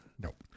nope